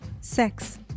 Sex